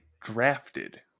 drafted